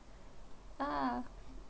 (uh huh)